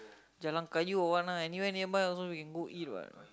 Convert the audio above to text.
Jalan-Kayu or what lah anywhere nearby also we go eat [what]